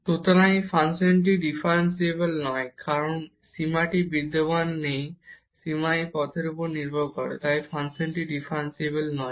সুতরাং এই ফাংশনটি ডিফারেনসিবল নয় কারণ এই সীমাটি বিদ্যমান নেই সীমা এই পথের উপর নির্ভর করে তাই ফাংশনটি ডিফারেনসিবল নয়